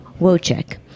Wojcik